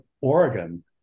Oregon